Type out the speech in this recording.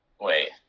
Wait